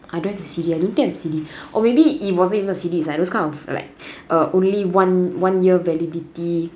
I don't have the C_D I don't think I have the C_D or maybe it wasn't even a C_D it's like those kind of like err only one one year validity